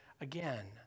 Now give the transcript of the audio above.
again